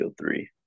three